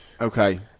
Okay